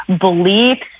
beliefs